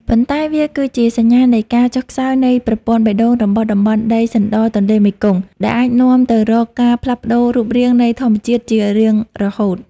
ប៉ុន្តែវាគឺជាសញ្ញានៃការចុះខ្សោយនៃប្រព័ន្ធបេះដូងរបស់តំបន់ដីសណ្ដទន្លេមេគង្គ ដែលអាចនាំទៅរកការផ្លាស់ប្តូររូបរាងនៃធម្មជាតិជារៀងរហូត។